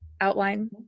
outline